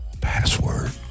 Password